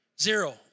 zero